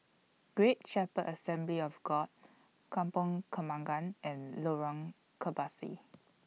Great Shepherd Assembly of God Kampong Kembangan and Lorong Kebasi